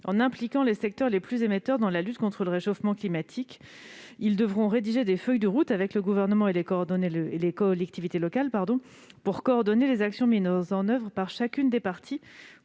en impliquant les secteurs les plus émetteurs dans la lutte contre le réchauffement climatique. Ceux-ci devront rédiger des feuilles de route avec le Gouvernement et les collectivités locales visant à coordonner les actions mises en oeuvre par chacune des parties